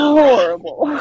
horrible